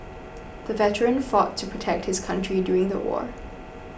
the veteran fought to protect his country during the war